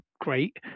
great